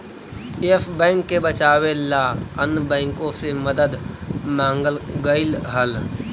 yes Bank के बचावे ला अन्य बाँकों से मदद मांगल गईल हल